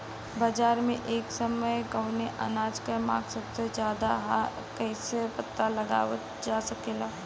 बाजार में एक समय कवने अनाज क मांग सबसे ज्यादा ह कइसे पता लगावल जा सकेला?